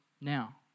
now